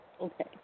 Okay